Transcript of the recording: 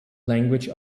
language